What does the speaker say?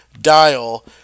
dial